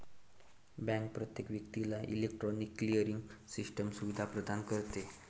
bank प्रत्येक व्यक्तीला electronic clearing system सुविधा प्रदान करते